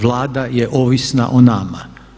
Vlada je ovisna o nama.